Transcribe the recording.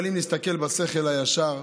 אבל אם נסתכל בשכל הישר,